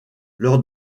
lors